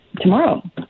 tomorrow